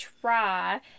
try